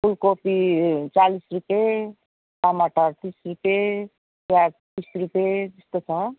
फुलकोपी चालिस रुपियाँ टमाटर तिस रुपियाँ प्याज तिस रुपियाँ त्यस्तो छ